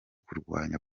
kurwanya